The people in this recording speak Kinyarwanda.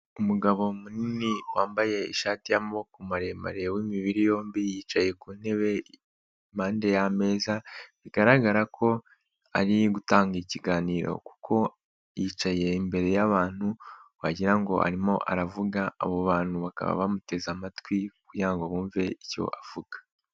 Umugabo munini wambaye ishati y'amaboko maremare w'imibiri yombi, yicaye ku ntebe impande y'ameza, bigaragara ko ari gutanga ikiganiro kuko yicaye imbere y'abantu, wagira ngo arimo aravuga abo bantu bakaba bamuteze amatwi, kugira ngo bumve icyo avuga.